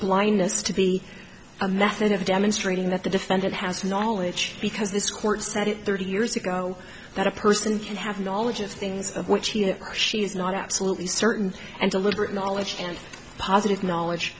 blindness to be a method of demonstrating that the defendant has knowledge because this court said it thirty years ago that a person can have knowledge of things of which he or she is not absolutely certain and deliberate knowledge and positive knowledge